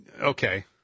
Okay